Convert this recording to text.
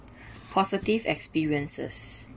positive experiences